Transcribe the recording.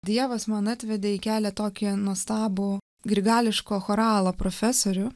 dievas man atvedė į kelią tokį nuostabų grigališko choralo profesorių